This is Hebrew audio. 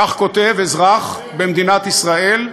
כך כותב אזרח במדינת ישראל.